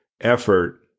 effort